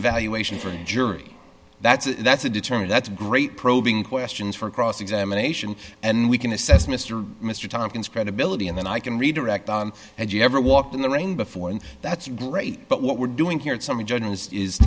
evaluation for a jury that's that's a determine that's a great probing questions for cross examination and we can assess mr mr tompkins credibility and then i can redirect had you ever walked in the rain before and that's great but what we're doing here i